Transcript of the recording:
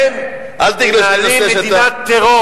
אל תגלוש לנושא שאתה,